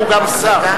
שהוא גם שר.